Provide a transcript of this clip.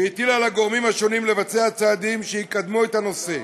והטילה על הגורמים השונים לבצע צעדים שיקדמו את הנושא.